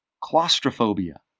claustrophobia